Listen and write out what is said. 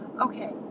okay